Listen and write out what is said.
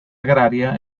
agraria